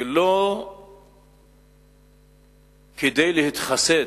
ולא כדי להתחסד,